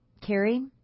Carrie